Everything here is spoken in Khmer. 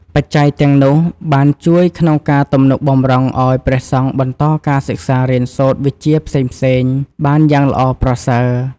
បច្ច័យទាំងនោះ បានជួយក្នុងការទំនុកបម្រុងឱ្យព្រះសង្ឃបន្តការសិក្សារៀនសូត្រវិជ្ជាផ្សេងៗ បានយ៉ាងល្អប្រសើរ។